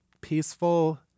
peaceful